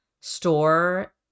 store